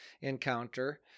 encounter